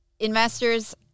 Investors